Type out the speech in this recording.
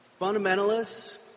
Fundamentalists